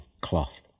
cloth